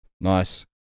nice